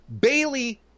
Bailey